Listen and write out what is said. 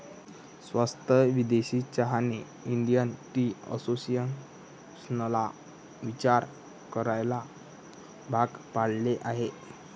स्वस्त विदेशी चहाने इंडियन टी असोसिएशनला विचार करायला भाग पाडले आहे